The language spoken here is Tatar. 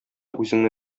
үзеңне